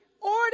order